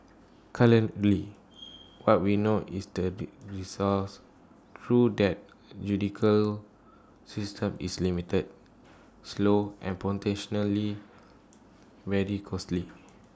currently what we know is that recourse through that judicial system is limited slow and very costly